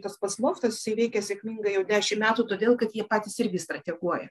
tas pats loftas jisai vykia sėkmingai jau dešimt metų todėl kad jie patys irgi strateguoja